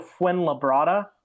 Fuenlabrada